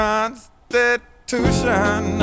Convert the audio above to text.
Constitution